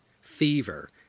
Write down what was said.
fever